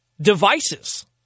devices